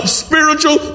spiritual